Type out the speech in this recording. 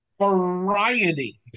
Variety